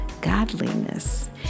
godliness